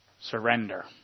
surrender